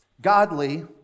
godly